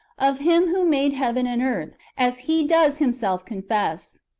of him who made heaven and earth, as he does himself confess.